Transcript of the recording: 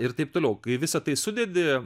ir taip toliau kai visa tai sudedi